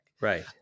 Right